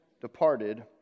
departed